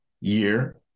year